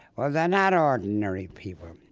well, they're not ordinary people.